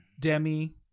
Demi